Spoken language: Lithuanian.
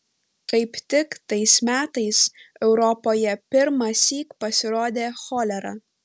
kaip tik tais metais europoje pirmąsyk pasirodė cholera